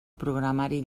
programari